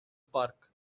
park